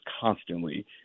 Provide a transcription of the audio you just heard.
constantly